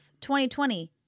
2020